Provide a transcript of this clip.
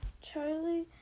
Charlie